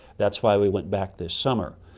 that's why we went back this summer.